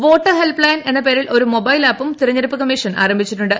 voter helpline എന്ന പേരിൽ ഒരു മൊബൈൽ ആപ്പും തെരഞ്ഞെടുപ്പ് കമ്മീഷൻ ആരംഭിച്ചിട്ടുണ്ട്